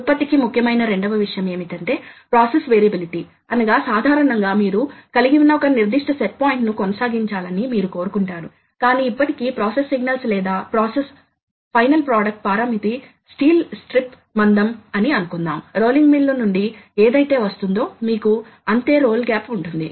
ఇప్పుడు మనం ఒక నిర్దిష్ట పార్ట్ ప్రోగ్రామ్లో వాస్తవానికి పార్ట్ ప్రోగ్రామ్లు ఒక నిర్దిష్ట రూపం అని తెలిసిన విషయం దీనితో ఉత్పాదక వ్యక్తులు సుపరిచితులు మరియు సౌకర్యవంతంగా ఉంటారు లేదా మీరు కొంత ఆపరేషన్ను పేర్కొనండి ఆపరేషన్ యొక్క ప్రతి యూనిట్ను బ్లాక్ అని అంటారు సరే